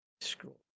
Scroll